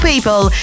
People